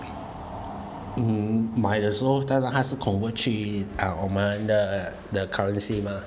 mm 买的时候当然他是 convert 去啊我们的的 currency mah